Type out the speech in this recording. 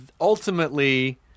ultimately